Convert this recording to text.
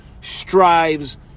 strives